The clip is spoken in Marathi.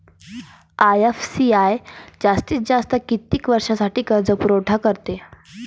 आय.एफ.सी.आय जास्तीत जास्त किती वर्षासाठी कर्जपुरवठा करते?